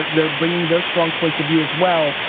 they're bringing their strong points of view as well.